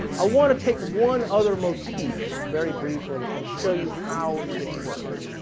i want to take one other motif very briefly and show you how it works,